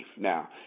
Now